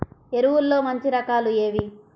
ఎరువుల్లో మంచి రకాలు ఏవి?